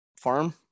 farm